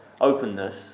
openness